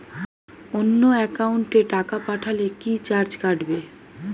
অন্য একাউন্টে টাকা পাঠালে কি চার্জ কাটবে?